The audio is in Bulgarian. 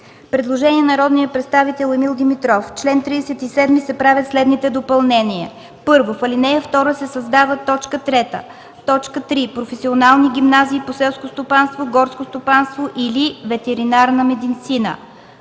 предложение от народния представител Емил Димитров: „В чл. 37 се правят следните допълнения: 1. В ал. 2 се създава т. 3: „3. професионални гимназии по селско стопанство, горско стопанство или ветеринарна медицина”.